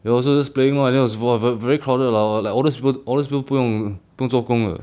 they also just playing lor then I was bored but then very crowded lah like all those people all those people 不用不用做工的